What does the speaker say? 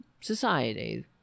society